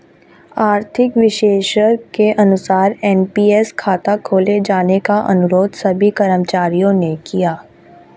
आर्थिक विशेषज्ञ के अनुसार एन.पी.एस खाता खोले जाने का अनुरोध सभी कर्मचारियों ने किया